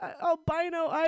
albino